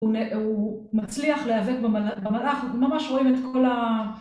הוא מצליח להאבק במלאך, ממש רואים את כל ה...